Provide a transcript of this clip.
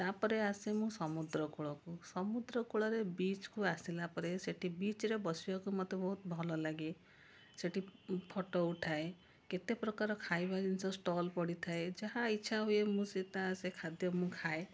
ତାପରେ ଆସେ ମୁଁ ସମୁଦ୍ର କୂଳକୁ ସମୁଦ୍ର କୂଳରେ ଵିଚକୁ ଆସିଲାପରେ ସେଇଠି ବିଚରେ ବସିବାକୁ ମୋତେ ବହୁତ ଭଲ ଲାଗେ ସେଇଠି ଫଟୋ ଉଠାଏ କେତେ ପ୍ରକାର ଖାଇବା ଜିନିଷ ଷ୍ଟଲ ପଡ଼ିଥାଏ ଯାହା ଇଛା ହୁଏ ମୁଁ ସେ ତା' ସେ ଖାଦ୍ୟ ମୁଁ ଖାଏ